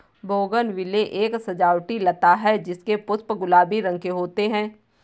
bougainvillea एक सजावटी लता है जिसके पुष्प गुलाबी रंग के होते है